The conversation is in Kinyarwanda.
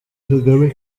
kagame